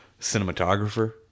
cinematographer